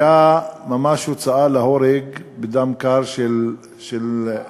הייתה ממש הוצאה להורג בדם קר של מישהו,